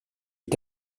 est